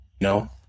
No